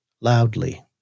loudly